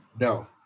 No